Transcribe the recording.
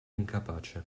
incapace